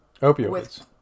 Opioids